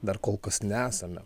dar kol kas nesame